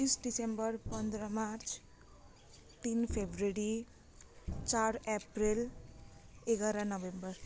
पच्चिस डिसेम्बर पन्ध्र मार्च तिन फेब्रुअरी चार अप्रिल एघार नोभेम्बर